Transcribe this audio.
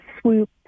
Swoop